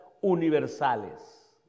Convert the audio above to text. universales